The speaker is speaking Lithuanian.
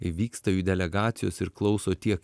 vyksta jų delegacijos ir klauso tiek